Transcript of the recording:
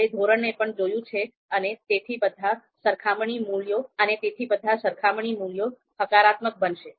આપણે ધોરણને પણ જોયું છે અને તેથી બધા સરખામણી મૂલ્યો હકારાત્મક બનશે